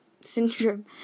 Syndrome